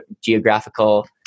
geographical